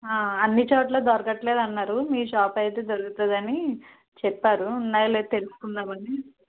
అన్ని చోట్ల దొరకటం లేదు అన్నారు మీ షాప్ అయితే దొరుకుతుంది అని చెప్పారు ఉన్నాయో లేదో తెలుసుకుందామని